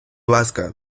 ласка